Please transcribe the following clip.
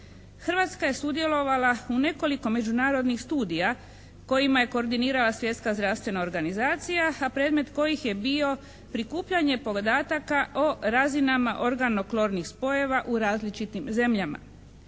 Hrvatska je sudjelovala u nekoliko međunarodnih studija kojima je koordinirala Svjetska zdravstvena organizacija a predmet kojih je bio prikupljanje podataka o razinama organo-klornih spojeva u različitim zemljama.